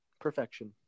Perfection